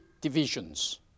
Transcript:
divisions